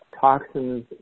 toxins